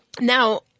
Now